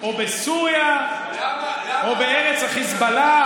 או בסוריה או בארץ החיזבאללה,